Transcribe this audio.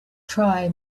try